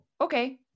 okay